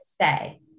say